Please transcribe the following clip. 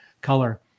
color